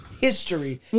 history